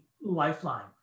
lifeline